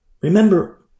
Remember